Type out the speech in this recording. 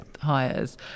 hires